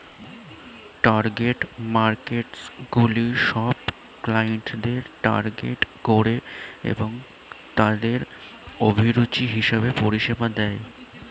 target মার্কেটসগুলি সব ক্লায়েন্টদের টার্গেট করে এবং তাদের অভিরুচি হিসেবে পরিষেবা দেয়